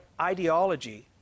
ideology